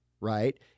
right